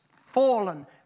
fallen